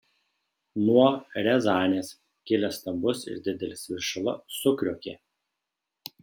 nuo riazanės kilęs stambus ir didelis viršila sukriokė